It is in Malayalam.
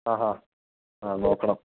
ആഹാ ആ നോക്കണം